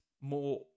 more